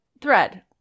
thread